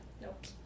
Nope